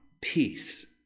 peace